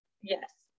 yes